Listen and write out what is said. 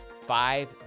Five